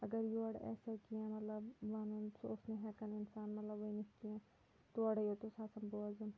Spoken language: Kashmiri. اگر یورٕ آسہِ ہا کینٛہہ مطلب وَنُن سُہ اوس نہٕ ہٮ۪کان اِنسان مطلب ؤنِتھ کینٛہہ تورَے یوت اوس آسان بوزُن